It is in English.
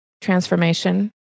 transformation